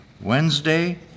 Wednesday